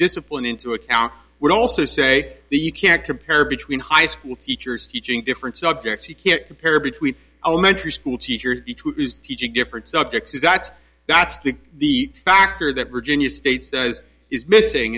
discipline into account would also say that you can't compare between high school teachers teaching different subjects you can't compare between elementary school teacher teaching different subjects exacts that's the factor that virginia state is missing